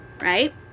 Right